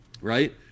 right